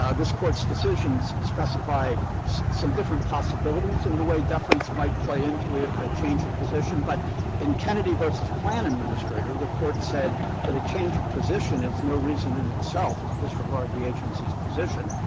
ah this court's decisions specify some different possibilities in the way deference might play into ah a change in position, but in kennedy but v. plan administrator the court said that a change of position is no reason in itself to disregard the agency's position.